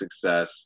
success